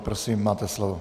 Prosím, máte slovo.